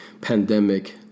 pandemic